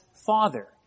Father